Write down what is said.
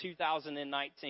2019